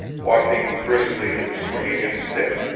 walking briskly and swinging his stick,